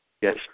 Yes